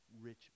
rich